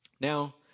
Now